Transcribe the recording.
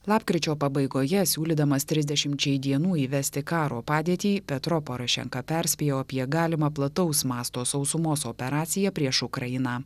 lapkričio pabaigoje siūlydamas trisdešimčiai dienų įvesti karo padėtį petro porošenka perspėjo apie galimą plataus masto sausumos operaciją prieš ukrainą